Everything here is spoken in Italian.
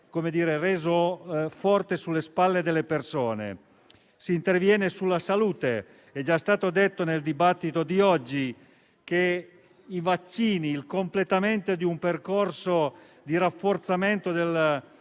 pesantemente sulle spalle delle persone. Si interviene sulla salute: è già stato ricordato nel dibattito di oggi che i vaccini e il completamento di un percorso di rafforzamento del